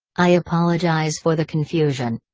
i apologize for the confusion.